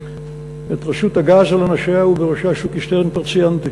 את רשות הגז על אנשיה ובראשה שוקי שטרן כבר ציינתי,